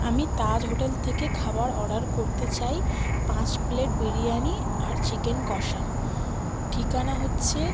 আমি তাজ হোটেল থেকে খাবার অর্ডার করতে চাই পাঁচ প্লেট বিরিয়ানি আর চিকেন কষা ঠিকানা হচ্ছে